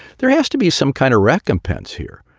there has to be some kind of recompense here.